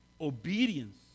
obedience